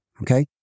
Okay